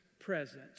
presence